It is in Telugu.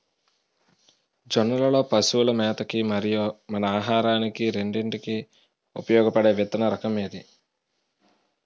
జొన్నలు లో పశువుల మేత కి మరియు మన ఆహారానికి రెండింటికి ఉపయోగపడే విత్తన రకం ఏది?